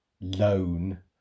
loan